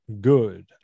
good